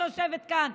שיושבת כאן.